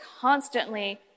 constantly